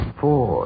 four